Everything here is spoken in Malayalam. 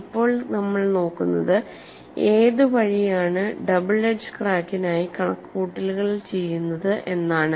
ഇപ്പോൾ നമ്മൾ നോക്കുന്നത് ഏത് വഴിയാണ് ഡബിൾ എഡ്ജ് ക്രാക്കിനായി കണക്കുകൂട്ടലുകൾ ചെയ്യുന്നത് എന്നാണ്